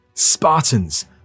Spartans